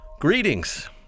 Greetings